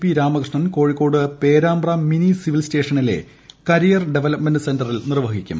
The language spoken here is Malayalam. P Ramakrishnan Kozhikode Perambra mini civil സ്റ്റേഷനിലെ കരിയർ ഡെവലപ്മെന്റ് സെന്ററിൽ നിർവ്വഹിക്കും